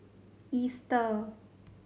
Easter